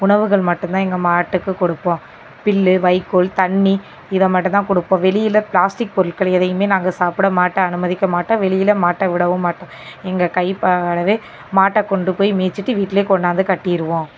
உணவுகள் மட்டுந்தான் எங்கள் மாட்டுக்கு கொடுப்போம் புல்லு வைக்கோல் தண்ணி இதை மட்டுந்தான் கொடுப்போம் வெளியில் ப்ளாஸ்ட்டிக் பொருட்கள் எதையுமே நாங்கள் சாப்பிட மாட்டை அனுமதிக்கமாட்டோம் வெளியில் மாட்டை விடவும் மாட்டோம் எங்கள் கைப்படவே மாட்டை கொண்டு போயி மேய்ச்சிட்டு வீட்டில் கொண்டாந்து கட்டிடுவோம்